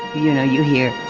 you know you hear.